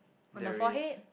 on the forehead